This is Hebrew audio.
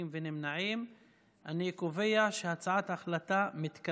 הצעת ועדת הכלכלה בדבר תיקון טעויות בחוק התוכנית הכלכלית (תיקוני